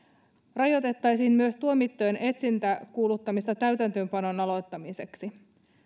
rajoitettaisiin tuomittujen etsintäkuuluttamista täytäntöönpanon aloittamiseksi